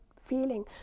feeling